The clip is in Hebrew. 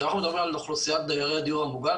כשאנחנו מדברים על אוכלוסיית דיירי הדיור המוגן,